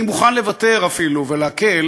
אני מוכן לוותר אפילו ולהקל